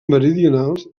meridionals